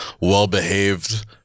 well-behaved